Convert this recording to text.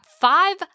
five